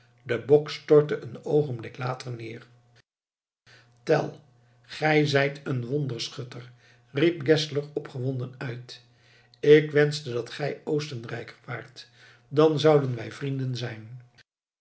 de bok stortte een oogenblik later neer tell gij zijt een wonderschutter riep geszler opgewonden uit ik wenschte dat gij oostenrijker waart dan zouden wij vrienden zijn